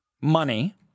money